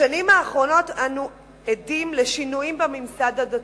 בשנים האחרונות אנו עדים לשינויים בממסד הדתי,